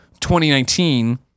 2019